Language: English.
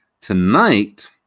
Tonight